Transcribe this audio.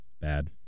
bad